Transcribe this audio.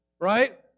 right